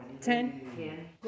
Ten